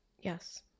yes